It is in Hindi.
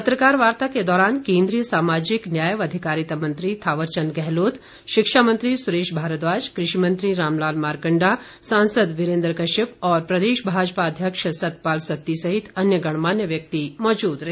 पत्रकार वार्ता के दौरान केंद्रीय सामाजिक न्याय व अधिकारिता मंत्री थावर चंद गहलोत शिक्षा मंत्री सुरेश मारद्वाज कृषि मंत्री रामलाल मारकंडा सांसद वीरेंद्र कश्यप और प्रदेश भाजपा अध्यक्ष सतपाल सत्ती सहित अन्य गणमान्य व्यक्ति मौजूद रहे